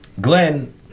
Glenn